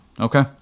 Okay